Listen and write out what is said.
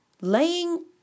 Laying